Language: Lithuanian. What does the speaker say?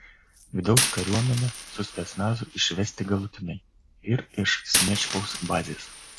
vidaus kariuomenę su specnazu išvesti galutinai ir iš sniečkaus bazės